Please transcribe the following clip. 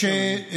זהו.